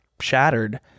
shattered